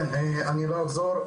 כן, אני לא אחזור.